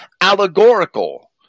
allegorical